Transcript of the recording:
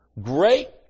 Great